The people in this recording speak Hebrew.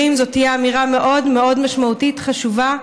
זו תהיה אמירה מאוד מאוד משמעותית, חשובה.